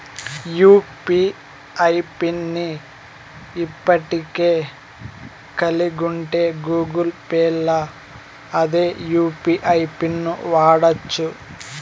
UPI pin ని ఇప్పటికే కలిగుంటే గూగుల్ పేల్ల అదే యూ.పి.ఐ పిన్ను వాడచ్చు